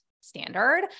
standard